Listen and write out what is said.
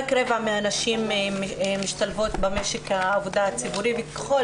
רק רבע מהנשים משתלבות במשק העבודה הציבורי וככל